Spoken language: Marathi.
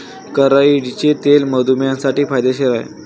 करडईचे तेल मधुमेहींसाठी फायदेशीर आहे